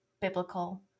biblical